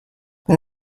wenn